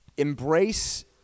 embrace